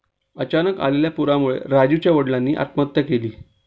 अचानक आलेल्या पुरामुळे राजीवच्या वडिलांनी आत्महत्या केली